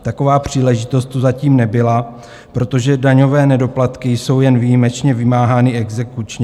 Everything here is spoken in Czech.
Taková příležitost tu zatím nebyla, protože daňové nedoplatky jsou jen výjimečně vymáhány exekučně.